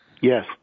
Yes